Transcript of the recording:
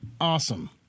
awesome